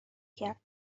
کرد